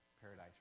Paradise